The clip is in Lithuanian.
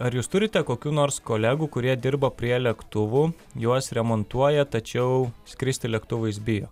ar jūs turite kokių nors kolegų kurie dirba prie lėktuvų juos remontuoja tačiau skristi lėktuvais bijo